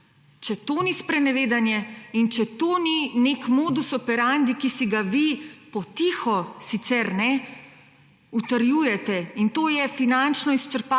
Če to ni sprenevedanje in če to ni nek modus operandi, ki si ga vi, po tiho sicer, utrjujete, in to je finančno izčrpavati